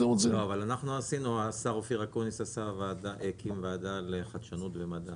אבל השר אופיר אקוניס הקים ועדה לחדשנות ומדע.